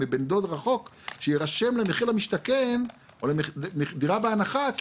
מבן דוד רחוק שירשם למחיר למשתכן או לדירה בהנחה,